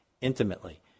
intimately